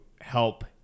help